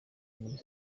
muri